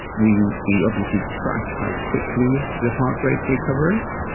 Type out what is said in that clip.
we we obviously track how quickly your heart rate recovers.